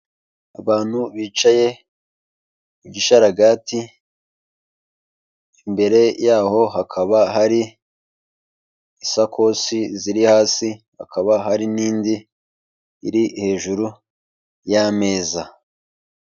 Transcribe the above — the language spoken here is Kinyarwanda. Abantu bicaye mu gishararagati, imbere yaho hakaba hari isakoshi ziri hasi, hakaba hari n'indi iri hejuru y'ameza.